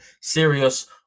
serious